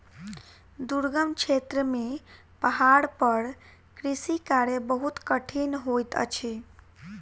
दुर्गम क्षेत्र में पहाड़ पर कृषि कार्य बहुत कठिन होइत अछि